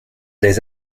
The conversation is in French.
des